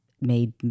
made